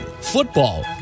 football